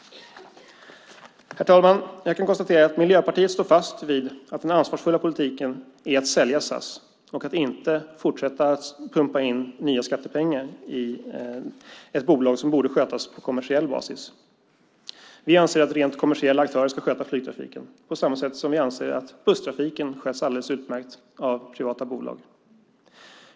Herr talman! Jag kan konstatera att Miljöpartiet står fast vid att den ansvarsfulla politiken är att sälja SAS och att inte fortsätta att pumpa in nya skattepengar i ett bolag som borde skötas på kommersiell basis. Vi anser att rent kommersiella aktörer ska sköta flygtrafiken på samma sätt som vi anser att busstrafiken sköts alldeles utmärkt av privata bolag.